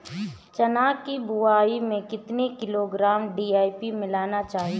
चना की बुवाई में कितनी किलोग्राम डी.ए.पी मिलाना चाहिए?